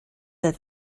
that